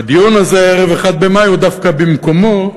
והדיון הזה ערב 1 במאי הוא דווקא במקומו,